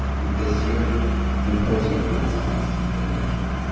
because you're imposing rules on us that we don't like,